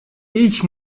ich